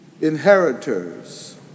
inheritors